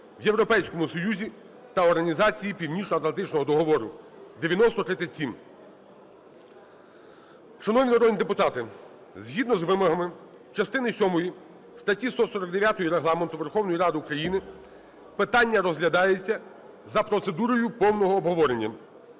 в Європейському Союзі та в Організації Північноатлантичного договору) (9037). Шановні народні депутати, згідно з вимогами частини сьомої статті 149 Регламенту Верховної Ради України питання розглядається за процедурою повного обговорення.